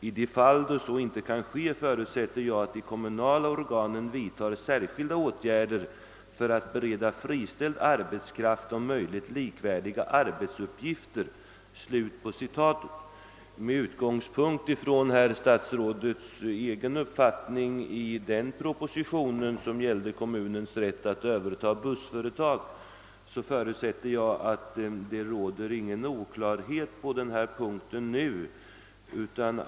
I de fall då så inte kan ske, förutsätter jag att de kommunala organen vidtar särskilda åtgärder för att bereda friställd arbetskraft om möjligt likvärdiga arbetsuppgifter.» uppfattning i denna proposition, som gällde kommunens rätt att överta bussföretag, förutsätter jag att det inte råder någon oklarhet på denna punkt.